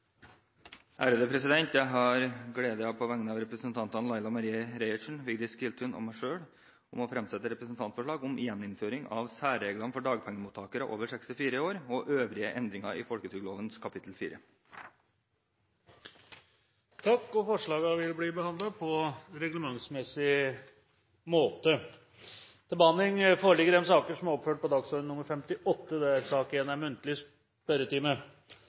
Jeg har på vegne av representantene Laila Marie Reiertsen, Vigdis Giltun og meg selv gleden av å fremsette et representantforslag om gjeninnføring av særreglene for dagpengemottakere over 64 år, og øvrige endringer i folketrygdloven kapittel 4. Forslagene vil bli behandlet på reglementsmessig måte. Stortinget mottok mandag meddelelse fra Statsministerens kontor om at statsrådene Lisbeth Berg-Hansen, Trygve Slagsvold Vedum og Hadia Tajik vil møte til muntlig spørretime.